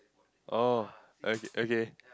oh okay okay